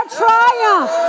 triumph